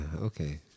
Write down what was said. Okay